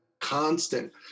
constant